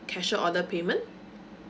cashier order payment